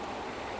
ya